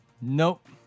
Nope